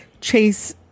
Chase